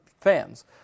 fans